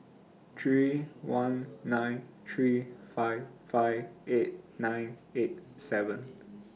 three one nine three five five eight nine eight seven